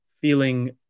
feeling